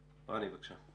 רן, בבקשה.